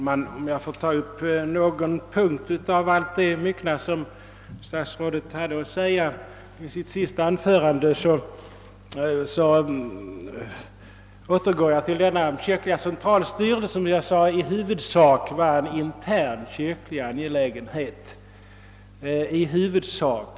Herr talman! För att ta upp någon punkt bland allt det myckna som statsrådet hade att säga i sitt senaste anförande återgår jag till frågan om en kyrklig centralstyrelse, som — sade jag — i huvudsak är en intern kyrklig angelägenhet.